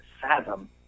fathom